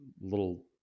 little